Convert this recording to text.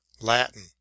latin